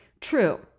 true